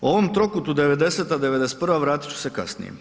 U ovom trokutu, 90., 91. vratit ću se kasnije.